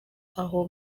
aho